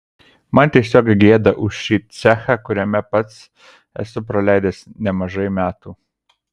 man tiesiog gėda už šį cechą kuriame pats esu praleidęs nemažai metų